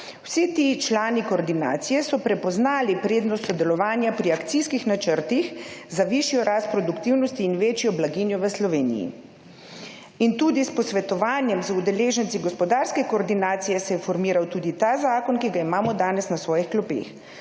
Vsi ti člani koordinacije so prepoznali prednost sodelovanja pri akcijskih načrtih za višjo rast produktivnosti in večjo blaginjo v Sloveniji in tudi s posvetovanjem z udeleženci gospodarske koordinacije se je formiral tudi ta zakon, ki ga imamo danes na svojih klopeh.